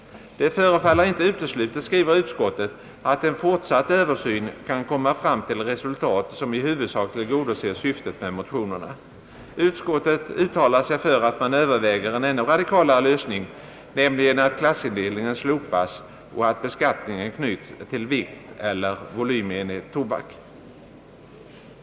»Det förefaller inte uteslutet», skriver utskottet, »att en fortsatt översyn kan komma fram till resultat som i huvudsak tillgodoser syftet med motionerna.» Utskottet uttalar sig för att man överväger en ännu radikalare lösning, nämligen att klassindelningen slopas och att beskattningen knyts till vikteller volymenhet tobak.